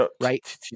right